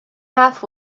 half